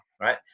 right